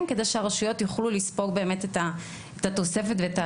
כדי שהרשויות יוכלו לספוג באמת את התוספת ואת העלות.